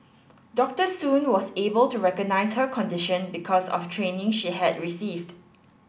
Doctor Soon was able to recognise her condition because of training she had received